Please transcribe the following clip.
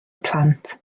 plant